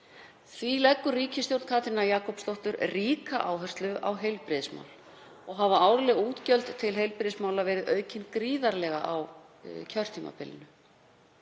Því leggur ríkisstjórn Katrínar Jakobsdóttur ríka áherslu á heilbrigðismál og hafa árleg útgjöld til heilbrigðismála verið aukin gríðarlega á kjörtímabilinu.